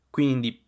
Quindi